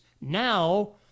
Now